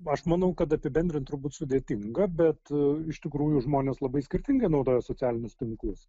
aš manau kad apibendrint turbūt sudėtinga bet iš tikrųjų žmonės labai skirtingai naudoja socialinius tinklus